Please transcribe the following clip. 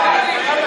אני מחדשת את הישיבה.